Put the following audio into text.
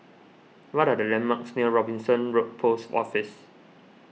what are the landmarks near Robinson Road Post Office